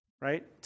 right